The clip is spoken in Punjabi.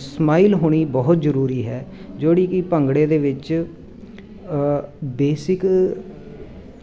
ਸਮਾਈਲ ਹੋਣੀ ਬਹੁਤ ਜ਼ਰੂਰੀ ਹੈ ਜਿਹੜੀ ਕਿ ਭੰਗੜੇ ਦੇ ਵਿੱਚ ਬੇਸਿਕ